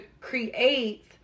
create